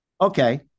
Okay